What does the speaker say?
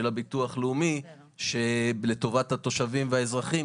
הביטוח הלאומי לטובת התושבים והאזרחים,